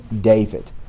David